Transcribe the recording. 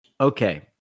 Okay